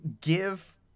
give